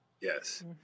Yes